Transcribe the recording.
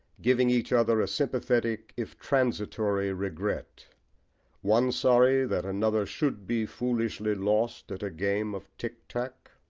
giving each other a sympathetic, if transitory, regret one sorry that another should be foolishly lost at a game of tick-tack.